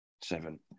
Seven